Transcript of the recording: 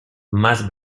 más